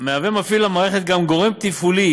מפעיל המערכת מהווה גם גורם תפעולי,